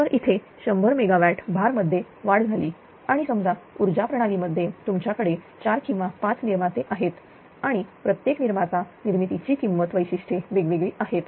तर इथे 100 मेगावॅट भार मध्ये वाढ झाली आणि समजा ऊर्जा प्रणाली मध्ये तुमच्याकडे 4 किंवा 5 निर्माते आहेत आणि प्रत्येक निर्माता निर्मितीची किंमत वैशिष्ट्ये वेगवेगळी आहेत